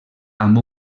amb